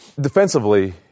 defensively